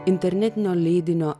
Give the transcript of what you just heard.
internetinio leidinio